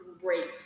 great